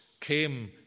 came